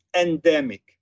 endemic